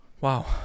Wow